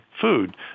food